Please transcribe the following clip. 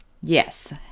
Yes